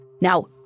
Now